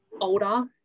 older